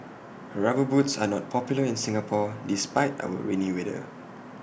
rubber boots are not popular in Singapore despite our rainy weather